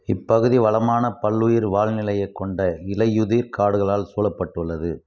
இப்பகுதி வளமான பல்லுயிர் வாழ்நிலையைக் கொண்ட இலையுதிர் காடுகளால் சூழப்பட்டுள்ளது